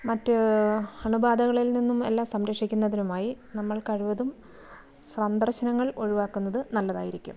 മറ്റ് അണുബാധകളിൽ നിന്നും എല്ലാം സംരക്ഷിക്കുന്നതിനുമായി നമ്മൾ കഴിവതും സന്ദർശനങ്ങൾ ഒഴിവാക്കുന്നത് നല്ലതായിരിക്കും